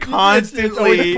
constantly